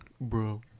Bro